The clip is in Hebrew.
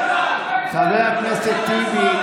לך, חבר הכנסת טיבי.